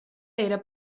era